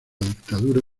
dictadura